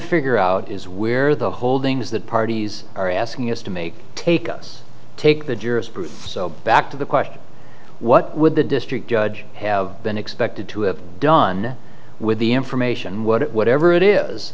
figure out is where the holding is that parties are asking us to make take us take the jurors proof so back to the question what would the district judge have been expected to have done with the information what it whatever it is